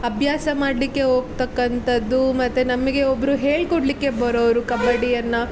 ಅಭ್ಯಾಸ ಮಾಡಲಿಕ್ಕೆ ಹೋಗ್ತಕ್ಕಂಥದ್ದು ಮತ್ತು ನಮಗೆ ಒಬ್ಬರು ಹೇಳಿಕೊಡ್ಲಿಕ್ಕೆ ಬರೋರು ಕಬಡ್ಡಿಯನ್ನು